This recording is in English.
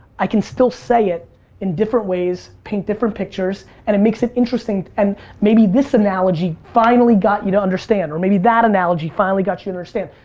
i can still say it in different ways, paint different pictures, and it makes it interesting. and maybe this analogy finally got you to understand, or maybe that analogy finally got you to understand.